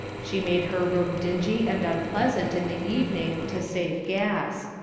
she made her room dingy and unpleasant in the evening, to save gas.